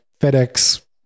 FedEx